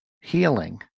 healing